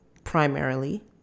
Primarily